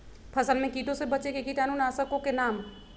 फसल में कीटों से बचे के कीटाणु नाशक ओं का नाम?